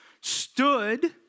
stood